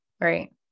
Right